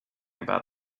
about